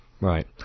Right